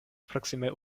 proksimaj